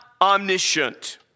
omniscient